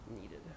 needed